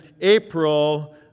April